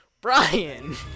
brian